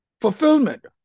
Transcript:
fulfillment